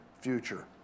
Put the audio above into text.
future